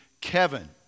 Kevin